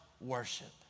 worship